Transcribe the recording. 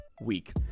week